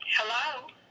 Hello